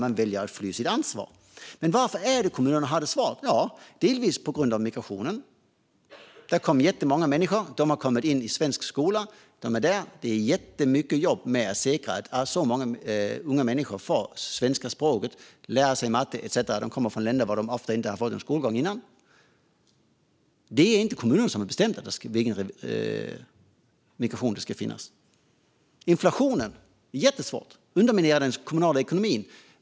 Den väljer att fly sitt ansvar. Men varför har kommunerna det svårt? Det är delvis på grund av migrationen. Det kom jättemånga människor, och de har kommit in i svensk skola. De är där nu, och det är jättemycket jobb med att säkra att så många unga människor får tillgång till svenska språket, att de får lära sig matte etcetera. De kommer från länder där de ofta inte har fått någon skolgång tidigare. Det är inte kommunerna som har bestämt hur stor migrationen ska vara. Inflationen gör att det blir jättesvårt; den underminerar den kommunala ekonomin.